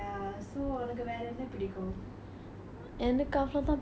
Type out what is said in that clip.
mm ya I think that's not mu~ many other pets already lah